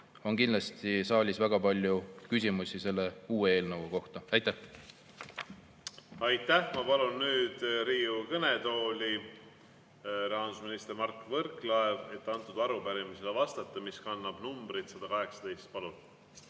kindlasti on saalis väga palju küsimusi selle uue eelnõu kohta. Aitäh! Aitäh! Ma palun Riigikogu kõnetooli rahandusminister Mart Võrklaeva, et vastata arupärimisele, mis kannab numbrit 118. Palun!